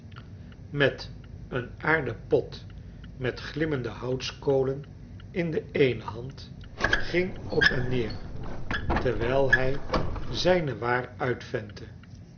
met een aarden pot met glimmende houtskolen in de eene hand ging op en neer terwijl hij zijne waar uitventte